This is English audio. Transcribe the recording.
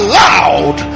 loud